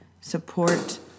Support